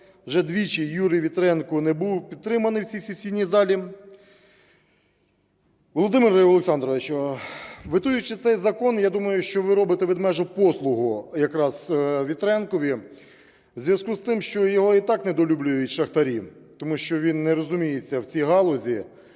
вже двічі Юрій Вітренко не був підтриманий в цій сесійній залі. Володимире Олександровичу, ветуючи цей закон, я думаю, що ви робите "ведмежу" послугу якраз Вітренку в зв'язку з тим, що його і так недолюблюють шахтарі, тому що він не розуміється в цій галузі,